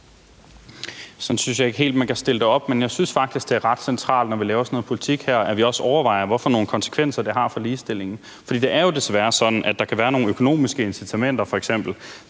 Sådan synes jeg ikke helt man kan stille det op, men jeg synes faktisk, det er ret centralt, når vi laver sådan noget politik her, at vi også overvejer, hvad for nogle konsekvenser det har for ligestillingen. For det er jo desværre sådan, at der f.eks. kan være nogle økonomiske incitamenter til,